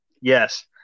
yes